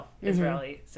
Israeli